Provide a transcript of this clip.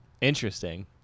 interesting